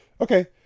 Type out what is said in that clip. Okay